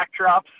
backdrops